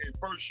first